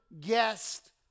guest